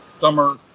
summer